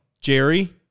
Jerry